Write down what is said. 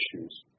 issues